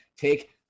Take